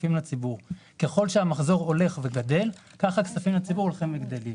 ככל שהמחזור גדל כך הכסף לציבור הולך וגדל.